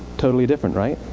totally different, right?